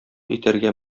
итәргә